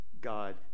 God